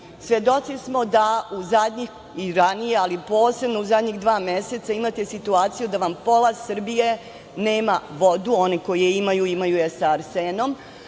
Zašto? Svedoci smo da zadnjih i ranije, ali posebno u zadnjih dva meseca imate situaciju da vam pola Srbije nema vodu, oni koji je imaju imaju je sa arsenom,